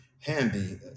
handy